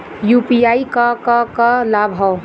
UPI क का का लाभ हव?